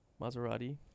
Maserati